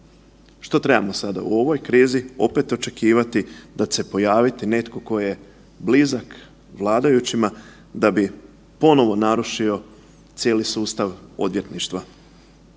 Što trebamo sada, u ovoj krizi opet očekivati da će se pojaviti netko tko je blizak vladajućima da bi ponovo narušio cijeli sustav odvjetništva